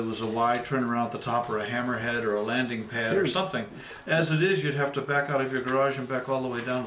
it was a wide turn around at the top or a hammerhead or a landing pad or something as it is you'd have to back out of your garage and back all the way down